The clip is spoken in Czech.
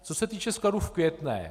Co se týče skladu v Květné.